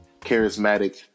charismatic